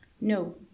No